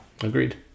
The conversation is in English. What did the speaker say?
Agreed